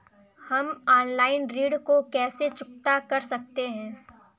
हम ऑनलाइन ऋण को कैसे चुकता कर सकते हैं?